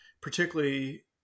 particularly